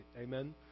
Amen